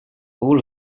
all